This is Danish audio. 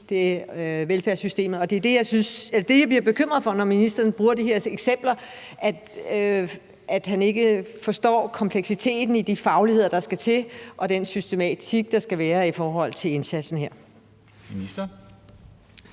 af velfærdssystemet. Jeg bliver bekymret, når ministeren bruger de her eksempler, og når han ikke forstår kompleksiteten i de fagligheder, der skal til, og den systematik, der skal være, i forhold til indsatsen her. Kl.